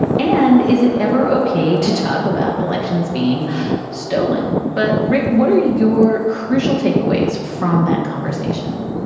and is it ever okay to talk about elections being stolen? but, rick, what are your crucial takeaways from that conversation?